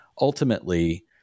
ultimately